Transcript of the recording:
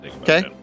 okay